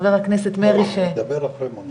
חבר הכנסת מרעי אני אדבר אחרי מוניה.